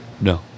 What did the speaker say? No